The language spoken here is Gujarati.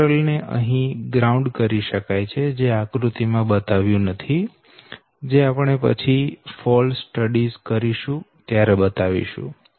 ન્યુટ્રલ ને અહી ગ્રાઉન્ડ કરી શકાય છે જે અહી આકૃતિ માં બતાવ્યું નથી જે આપણે પછી ફોલ્ટ સ્ટડી કરીશું ત્યારે બતાવીશું